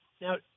now